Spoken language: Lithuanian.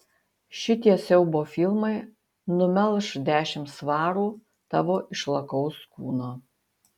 šitie siaubo filmai numelš dešimt svarų tavo išlakaus kūno